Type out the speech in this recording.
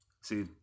See